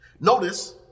Notice